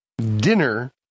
Dinner